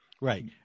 Right